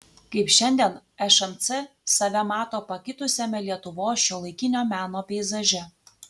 kaip šiandien šmc save mato pakitusiame lietuvos šiuolaikinio meno peizaže